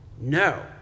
No